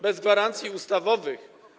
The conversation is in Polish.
Bez gwarancji ustawowych?